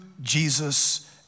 Jesus